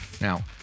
Now